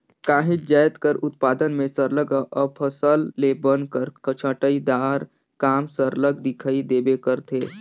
काहींच जाएत कर उत्पादन में सरलग अफसल ले बन कर छंटई दार काम सरलग दिखई देबे करथे